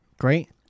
Great